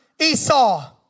Esau